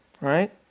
right